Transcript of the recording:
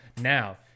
Now